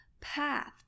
path